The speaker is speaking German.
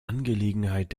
angelegenheit